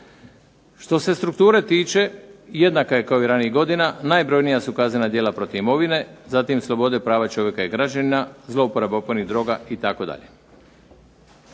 Što se strukture tiče jednaka je kao i ranijih godina. Najbrojnija su kaznena djela protiv imovine, zatim slobode prava čovjeka i građanina, zlouporaba opojnih droga itd.